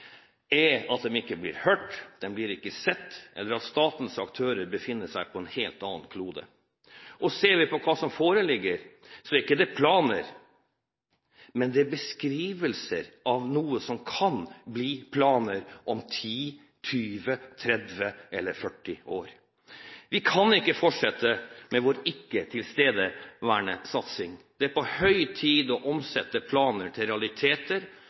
er at de ikke blir hørt, ikke blir sett, eller at statens aktører befinner seg på en helt annen klode. Ser vi på hva som foreligger, er det ikke planer, men beskrivelser av noe som kan bli planer om 10–20–30 eller 40 år. Vi kan ikke fortsette med vår ikke-tilstedeværende satsing. Det er på høy tid å omsette planer til realiteter